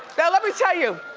now let me tell you,